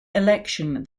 election